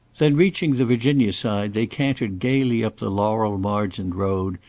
then reaching the virginia side they cantered gaily up the laurel-margined road,